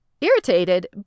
irritated